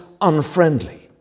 unfriendly